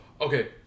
okay